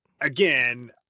again